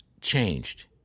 changed